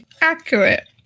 Accurate